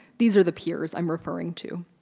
these are the piers i'm referring to.